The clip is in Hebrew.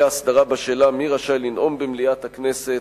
והסדרה בשאלה מי רשאי לנאום במליאת הכנסת,